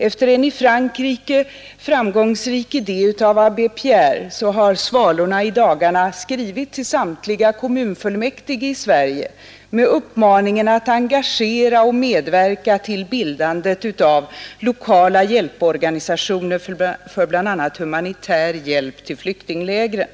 Efter en i Frankrike framgångsrik idé av Abbé Pierre har Svalorna i dagarna skrivit till samtliga kommunfullmäktige i Sverige med uppmaningen att engagera sig och medverka till bildandet av lokala hjälporganisationer för bl.a. humanitär hjälp till flyktinglägren.